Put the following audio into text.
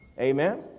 Amen